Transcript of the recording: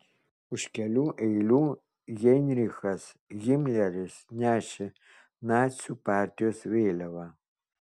už kelių eilių heinrichas himleris nešė nacių partijos vėliavą